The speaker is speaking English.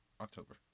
October